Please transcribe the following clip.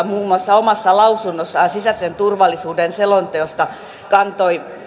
muun muassa koko valtiovarainvaliokunta omassa lausunnossaan sisäisen turvallisuuden selonteosta kantoi